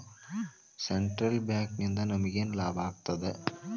Central ಬ್ಯಾಂಕಿಂದ ನಮಗೇನ್ ಲಾಭಾಗ್ತದ?